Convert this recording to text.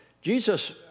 Jesus